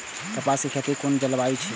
कपास के खेती में कुन जलवायु चाही?